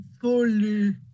fully